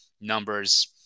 numbers